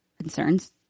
concerns